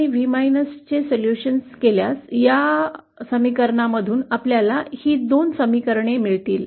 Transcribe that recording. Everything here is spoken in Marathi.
आणि मग Z शोधण्यासाठी हे स्त्रोतावरील अडथळा आहे आपल्याला हे समीकरण मिळाले